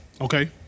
Okay